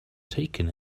taken